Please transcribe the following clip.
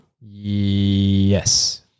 Yes